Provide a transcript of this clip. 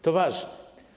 To ważne.